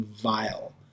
vile